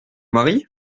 mari